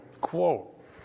Quote